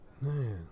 Man